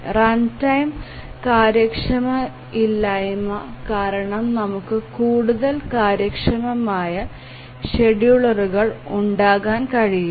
runtime കാര്യക്ഷമതയില്ലായ്മ കാരണം നമുക്ക് കൂടുതൽ കാര്യക്ഷമമായ ഷെഡ്യൂളറുകൾ ഉണ്ടാകാൻ കഴിയില്ല